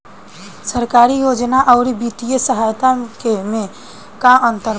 सरकारी योजना आउर वित्तीय सहायता के में का अंतर बा?